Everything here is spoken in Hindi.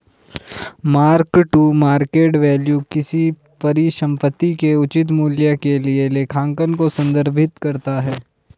मार्क टू मार्केट वैल्यू किसी परिसंपत्ति के उचित मूल्य के लिए लेखांकन को संदर्भित करता है